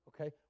Okay